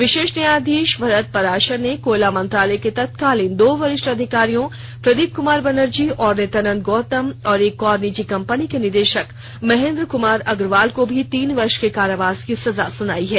विशेष न्यायाधीश भरत पाराशर ने कोयला मंत्रालय के तत्कालीन दो वरिष्ठ अधिकारियों प्रदीप कुमार बैनर्जी और नित्यानंद गौतम और एक निजी कंपनी के निदेशक महेन्द्र कुमार अग्रवाल को भी तीन वर्ष को कारावास की सजा सुनाई है